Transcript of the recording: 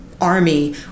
army